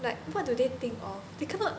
like what do they think of they cannot